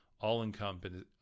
all-encompassing